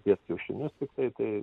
dėt kiaušinius tiktai tai